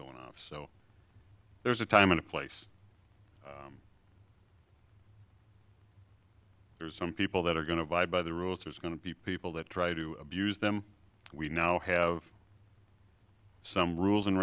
going off so there's a time and a place there are some people that are going to abide by the rules there's going to be people that try to abuse them we now have some rules and